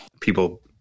people